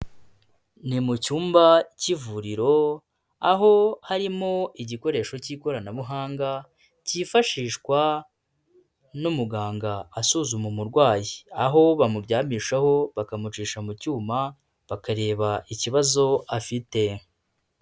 Ni mu cyumba cy'ivuriro aho harimo igikoresho cy'ikoranabuhanga cyifashishwa n'umuganga asuzuma umurwayi, aho bamuryamishaho bakamucisha mu cyuma bakareba ikibazo afite.